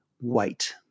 white